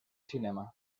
cinema